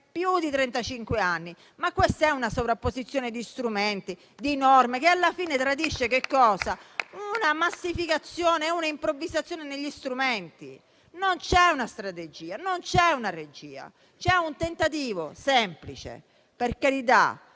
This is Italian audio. anni. Questa è una sovrapposizione di strumenti e di norme che alla fine tradisce una massificazione, una improvvisazione negli strumenti. Non c'è una strategia, non c'è una regia: c'è un tentativo semplice - per carità